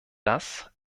das